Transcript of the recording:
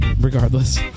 regardless